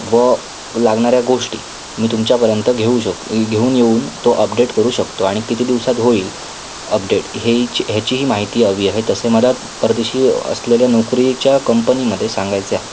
व लागणाऱ्या गोष्टी मी तुमच्यापर्यंत घेऊ शक घेऊन येऊन तो अपडेट करू शकतो आणि किती दिवसात होईल अपडेट ह्याची ह्याचीही माहिती हवी आहे तसे मला परदेशी असलेल्या नोकरीच्या कंपनीमध्ये सांगायचे आहे